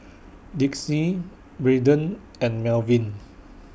Dixie Braden and Melvin